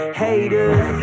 haters